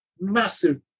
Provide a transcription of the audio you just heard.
massive